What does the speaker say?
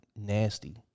nasty